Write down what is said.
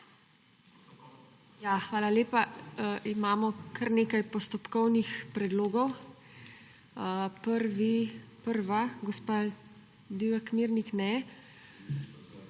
Hvala lepa. Imamo kar nekaj postopkovnih predlogov. Prva gospa Divjak Mirnik. Ne?